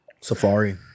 Safari